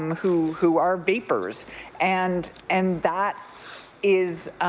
who who are vapors and and that is